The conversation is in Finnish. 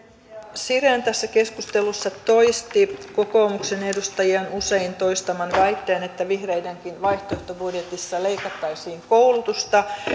siren tässä keskustelussa toisti kokoomuksen edustajien usein toistaman väitteen että vihreidenkin vaihtoehtobudjetissa leikattaisiin koulutusta